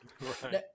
right